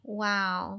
Wow